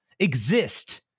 exist